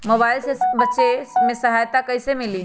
Mobile से बेचे में सहायता कईसे मिली?